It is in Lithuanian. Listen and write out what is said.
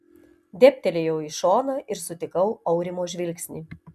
dėbtelėjau į šoną ir sutikau aurimo žvilgsnį